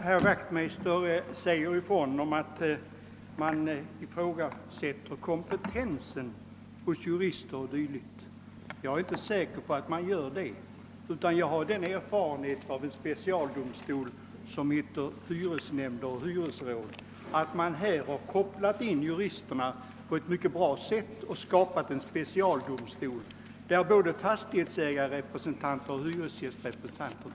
Herr talman! Herr Wachtmeister påstod att man ifrågasätter juristernas kompetens: Jag är inte säker på att man gör det. Jag har den erfarenheten från sådana specialdomstolar som hyresnämnd och hyresråd att allmänna domstolsjurister har kopplats in, varigenom en specialdomstol har skapats i vilken även representanter för fastighetsägare och hyresgäster finns med.